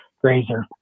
grazer